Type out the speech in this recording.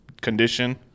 condition